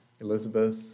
Elizabeth